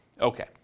Okay